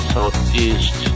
Southeast